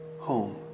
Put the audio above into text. Home